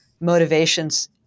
motivations